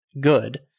good